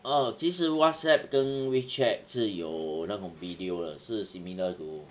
mm 其实 whatsapp 跟 wechat 是有那种 video 的是 similar to